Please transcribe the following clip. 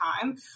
time